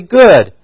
good